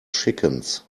chickens